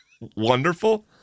wonderful